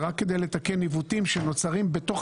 זה רק כדי לתקן עיוותים שנוצרים בתוך